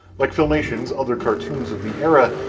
like fimations other cartoons of the era,